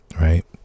right